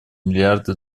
миллиарды